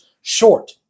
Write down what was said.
short